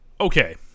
Okay